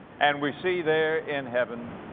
and we see there in heaven,